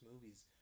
movies